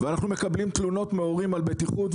ואנחנו מקבלים תלונות מהורים על בטיחות,